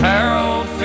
Harold